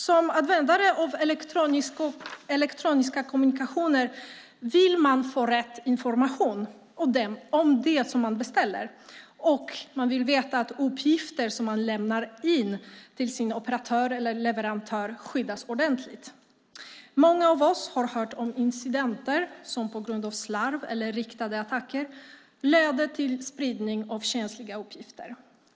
Som användare av elektroniska kommunikationstjänster vill man få rätt information om det man beställer, och man vill veta att uppgifter som man lämnar in till sin operatör eller leverantör skyddas ordentligt. Många av oss har hört om incidenter som på grund av slarv eller riktade attacker leder till spridning av känsliga uppgifter.